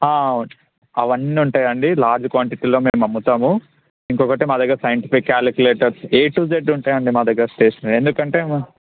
okay అవన్నీ ఉంటాయండి large క్వాంటిటీలో మేము అమ్ముతాము ఇంకొకటి మా దగ్గర scientific calculators A to Z ఉంటాయండి మా దగ్గర స్టేషనరీ ఎందుకంటే